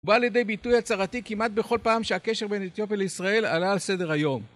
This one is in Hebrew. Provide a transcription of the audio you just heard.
הוא בא לידי ביטוי הצהרתי כמעט בכל פעם שהקשר בין אתיופיה לישראל עלה על סדר היום.